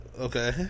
Okay